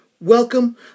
Welcome